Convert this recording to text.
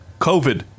COVID